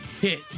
hit